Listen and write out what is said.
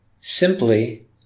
simply